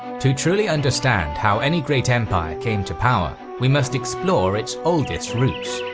to truly understand how any great empire came to power, we must explore its oldest roots.